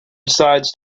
decides